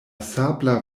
sabla